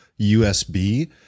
USB